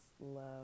love